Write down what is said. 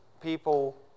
people